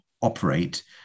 operate